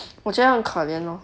我觉得很可怜 lor